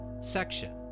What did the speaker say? section